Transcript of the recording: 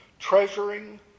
treasuring